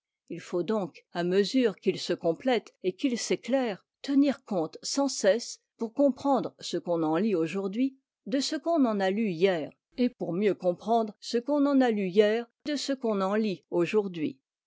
il faut donc à mesure qu'il se complète et qu'il s'éclaire tenir compte sans cesse pour comprendre ce qu'on en lit aujourd'hui de ce qu'on en a lu hier et pour mieux comprendre ce qu'on en a lu hier de ce qu'on en lit aujourd'hui